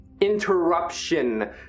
interruption